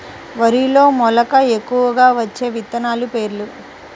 వరిలో మెలక ఎక్కువగా వచ్చే విత్తనాలు పేర్లు?